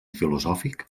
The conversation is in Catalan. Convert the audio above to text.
filosòfic